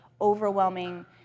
overwhelming